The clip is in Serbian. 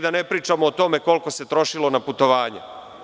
Da ne pričamo o tome koliko se trošilo na putovanja.